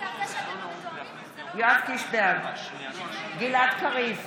בעד גלעד קריב,